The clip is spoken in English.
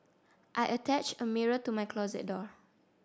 I attached a mirror to my closet door